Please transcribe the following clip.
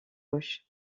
gauche